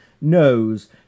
knows